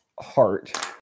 heart